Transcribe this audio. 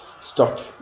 stuck